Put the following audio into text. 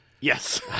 Yes